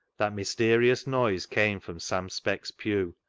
that mysterious noise came from sam speck's pew,